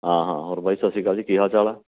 ਹਾਂ ਹਾਂ ਹੋਰ ਬਾਈ ਸਤਿ ਸ਼੍ਰੀ ਅਕਾਲ ਜੀ ਕੀ ਹਾਲ ਚਾਲ ਆ